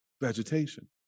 vegetation